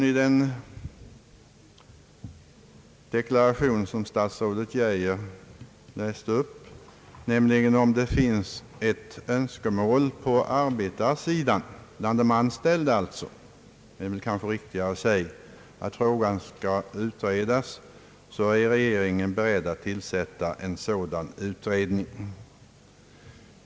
I den deklaration som statsrådet Geijer läste upp fanns en reservation, nämligen den att om det finns ett önskemål på arbetarsidan — bland de anställda, kanske det är riktigare att säga — att frågan skall utredas, är regeringen beredd att tillsätta en sådan utredning.